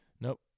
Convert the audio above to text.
Nope